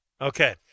Okay